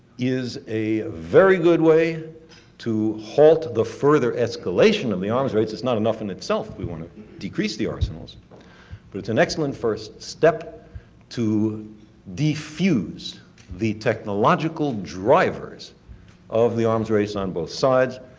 is a very good way to halt the further escalation of the arms race. it is not enough in itself. we want to decrease the arsenals but it's an excellent first step to defuse the technological drivers of the arms race on both sides.